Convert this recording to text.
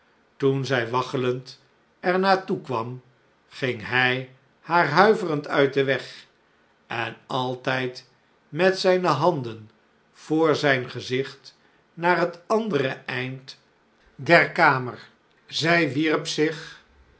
toen zij waggelend er naar toe kwam ging hij haar huiverend uit den weg en altijd met zijne handen voor zijn gezicht naar het andere eind der kamer zij wierp zich